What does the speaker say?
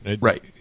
Right